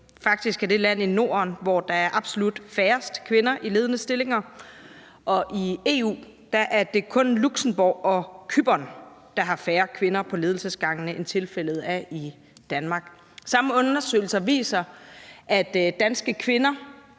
faktisk er det land i Norden, hvor der er absolut færrest kvinder i ledende stillinger. Og i EU er det kun Luxembourg og Cypern, der har færre kvinder på ledelsesgangene, end tilfældet er i Danmark. De samme undersøgelser viser, at danske kvinder,